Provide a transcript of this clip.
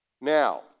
Now